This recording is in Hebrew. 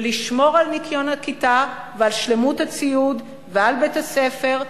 ולשמור על ניקיון הכיתה ועל שלמות הציוד ועל בית-הספר,